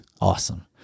awesome